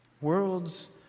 Worlds